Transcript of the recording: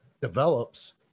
develops